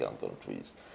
countries